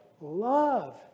love